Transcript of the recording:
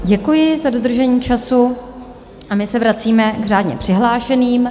Děkuji za dodržení času a my se vracíme k řádně přihlášeným.